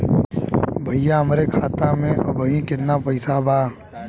भईया हमरे खाता में अबहीं केतना पैसा बा?